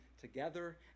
together